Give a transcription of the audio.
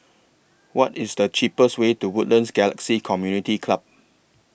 What IS The cheapest Way to Woodlands Galaxy Community Club